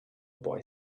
boy